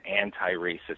anti-racist